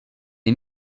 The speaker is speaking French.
est